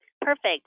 Perfect